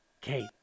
Kate